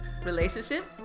Relationships